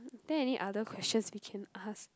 are there any other questions we can ask